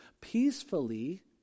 peacefully